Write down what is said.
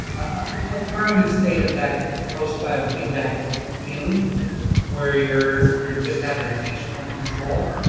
a permanent state of that post biofeedback feeling where you're you're just have attentional control.